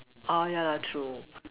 all ya true